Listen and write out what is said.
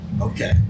Okay